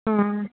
अ